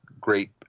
great